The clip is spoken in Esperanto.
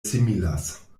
similas